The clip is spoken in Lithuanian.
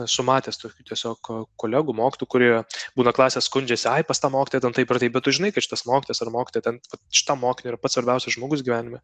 esu matęs tokių tiesiog kolegų mokytų kurie būna klasė skundžiasi ai pas tą mokytoją taip ir taip bet tu žinai kad šitas mokytojas ar mokytoja ten šitam mokiniui yra pats svarbiausias žmogus gyvenime